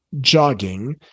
jogging